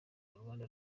rwanda